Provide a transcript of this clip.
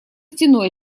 стеной